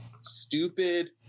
stupid